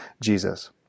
Jesus